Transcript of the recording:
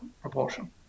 proportion